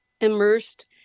immersed